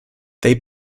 they